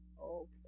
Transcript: okay